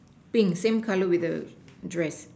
pink same color with the dress